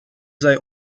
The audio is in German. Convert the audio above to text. sei